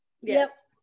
yes